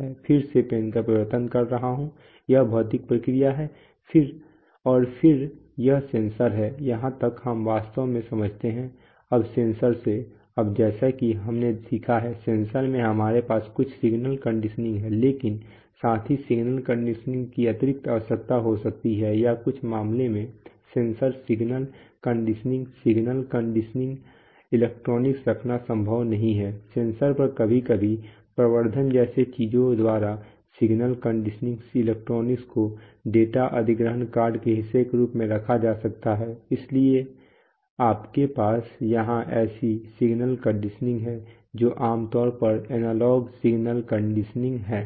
है फिर से पेन का परिवर्तन कर रहा हूं यह भौतिक प्रक्रिया है और फिर यह सेंसर है यहाँ तक हम वास्तव में समझते हैं अब सेंसर से अब जैसा कि हमने सीखा है सेंसर में हमारे पास कुछ सिग्नल कंडीशनिंग है लेकिन साथ ही सिग्नल कंडीशनिंग की अतिरिक्त आवश्यकता हो सकती है या कुछ मामलों में sensor signal conditioning signal conditioning electronics रखना संभव नहीं है सेंसर पर कभी कभी प्रवर्धन जैसी चीजों द्वारा सिग्नल कंडीशनिंग इलेक्ट्रॉनिक्स को डेटा अधिग्रहण कार्ड के हिस्से के रूप में रखा जा सकता है इसलिए आपके पास यहां ऐसी सिग्नल कंडीशनिंग है जो आमतौर पर एनालॉग सिग्नल कंडीशनिंग है